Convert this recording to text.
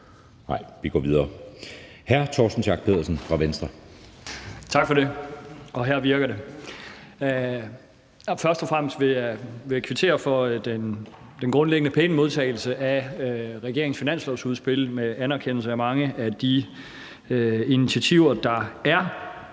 fra Venstre. Kl. 13:57 Torsten Schack Pedersen (V): Tak for det. Her virker det. Først og fremmest vil jeg kvittere for den grundlæggende pæne modtagelse af regeringens finanslovsudspil med anerkendelse af mange af de initiativer, der er,